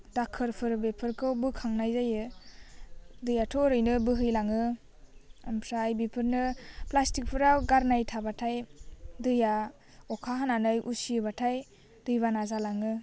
दाखोरफोर बेफोरखौ बोखांनाय जायो दैआथ' ओरैनो बोहैलाङो आमफ्राय बेफोरनो प्लास्टिक फ्राव गारनाय थाबाथाय दैआ अखा हानानै उसियोबाथाय दै बाना जालाङो